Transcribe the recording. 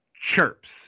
Chirps